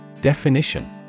Definition